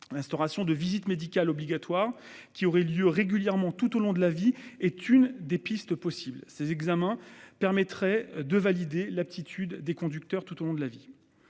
L'instauration de visites médicales obligatoires, qui auraient lieu régulièrement tout au long de la vie, est une piste possible. Ces examens permettraient de valider l'aptitude des conducteurs. De nombreux